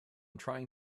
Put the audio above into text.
trying